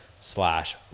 slash